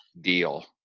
deal